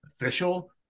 official